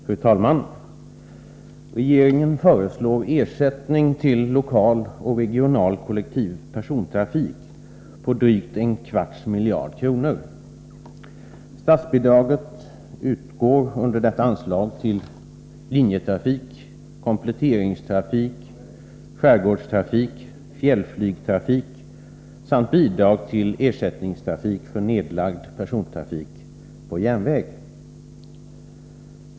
Fru talman! Regeringen föreslår ersättning till lokal och regional kollektiv persontrafik på drygt en kvarts miljard kronor. Statsbidragen utgår under detta anslag till linjetrafik, kompletteringstrafik, skärgårdstrafik, fjällflygtrafik samt bidrag till ersättningstrafik för nedlagd persontrafik på järnväg.